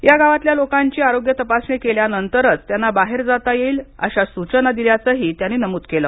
या गावातल्या लोकांची आरोग्य तपासणी केल्यानंतरच त्यांना बाहेर जाता येईल अशा सूचना दिल्याचंही त्यांनी नमूद केलं